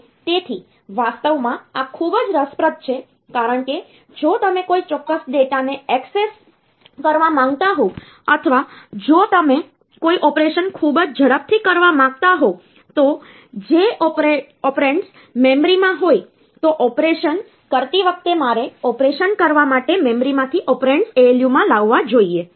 અને તેથી વાસ્તવમાં આ ખૂબ જ રસપ્રદ છે કારણ કે જો તમે કોઈ ચોક્કસ ડેટાને એક્સેસ કરવા માંગતા હોવ અથવા જો તમે કોઈ ઑપરેશન ખૂબ જ ઝડપથી કરવા માંગતા હોવ તો જો ઑપરેન્ડ્સ મેમરીમાં હોય તો ઑપરેશન કરતી વખતે મારે ઓપરેશન કરવા માટે મેમરીમાંથી ઑપરેન્ડ્સ ALU માં લાવવા જોઈએ